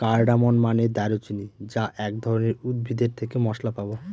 cardamom মানে দারুচিনি যা এক ধরনের উদ্ভিদ এর থেকে মসলা পাবো